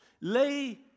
lay